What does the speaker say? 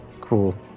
cool